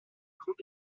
grands